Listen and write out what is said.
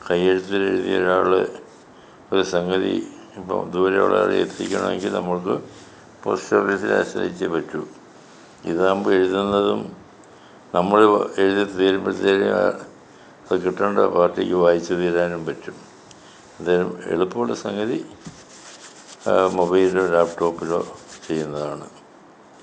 കൈയ്യെഴുത്തിലെഴുതിയ ഒരാൾ ഒരു സംഗതി ഇപ്പം ദൂരെയുള്ള ആളെ എത്തിക്കണമെങ്കിൽ നമ്മൾക്ക് പോസ്റ്റ് ഓഫിസിൽ അശ്രയിച്ചേ പറ്റൂ ഇതാവുമ്പോൾ എഴുതുന്നതും നമ്മൾ എഴുതി തീരുമ്പോഴത്തതിന് ആ അത് കിട്ടേണ്ട പാർട്ടിക്ക് വായിച്ച് തീരാനും പറ്റും അത് എളുപ്പമുള്ള സംഗതി മൊബൈലിലോ ലാപ്ടോപിലോ ചെയ്യുന്നതാണ്